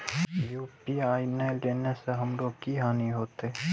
UPI ने लेने से हमरो की हानि होते?